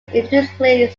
increasingly